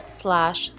slash